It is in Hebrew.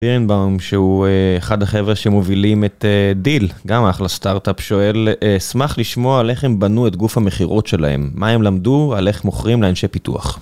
פירנבאום, שהוא אחד החבר'ה שמובילים את דיל, גם אחלה סטארט-אפ שואל, אשמח לשמוע על איך הם בנו את גוף המכירות שלהם, מה הם למדו, על איך מוכרים לאנשי פיתוח.